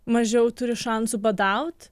mažiau turi šansų badaut